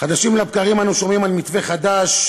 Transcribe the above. חדשות לבקרים אנו שומעים על מתווה חדש,